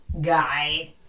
guy